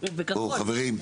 חברים,